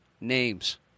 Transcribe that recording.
names